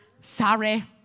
Sorry